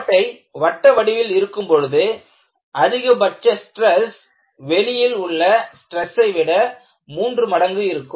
ஓட்டை வட்டவடிவில் இருக்கும் பொழுது அதிகபட்ச ஸ்டிரஸ் வெளியில் உள்ள ஸ்ட்ரஸை விட 3 மடங்கு இருக்கும்